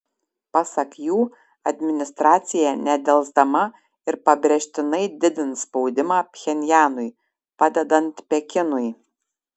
pasak jų administracija nedelsdama ir pabrėžtinai didins spaudimą pchenjanui padedant pekinui